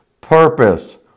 purpose